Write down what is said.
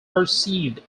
perceived